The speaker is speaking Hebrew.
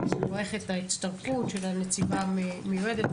מברכת את ההצטרפות של הנציבה המיועדת,